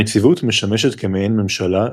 הנציבות משמשת כמעין ממשלה,